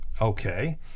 Okay